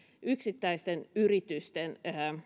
yksittäisten yritysten